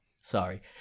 sorry